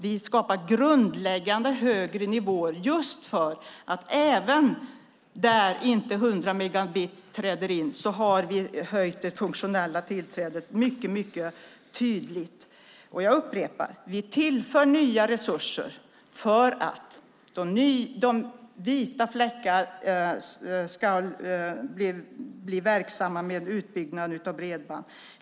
Vi skapar grundläggande högre nivåer, och även där inte 100 megabit träder in har vi höjt det funktionella tillträdet mycket tydligt. Jag upprepar: Vi tillför nya resurser för att utbyggnad av bredband ska ske även på de vita fläckarna.